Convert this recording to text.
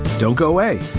don't go away